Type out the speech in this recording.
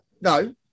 No